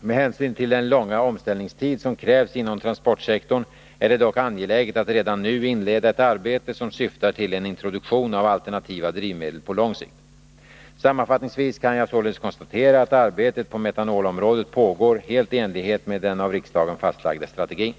Med hänsyn till den långa omställningstid som krävs inom transportsektorn är det dock angeläget att redan nu inleda ett arbete som syftar till en introduktion av alternativa drivmedel på lång sikt. Sammanfattningsvis kan jag således konstatera att arbetet på metanolområdet pågår helt i enlighet med den av riksdagen fastlagda strategin.